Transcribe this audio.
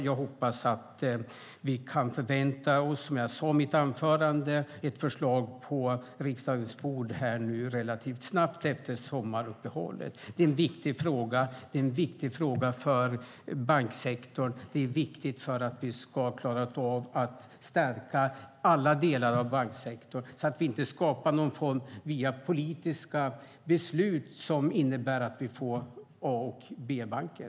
Jag hoppas att vi kan förvänta oss, som jag sade i mitt anförande, ett förslag på riksdagens bord relativt snabbt efter sommaruppehållet. Det är en viktig fråga. Det är en viktig fråga för banksektorn. Det är viktigt för att vi ska klara av att stärka alla delar av banksektorn så att vi inte via politiska beslut skapar något som innebär att vi får A och B-banker.